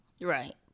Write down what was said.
Right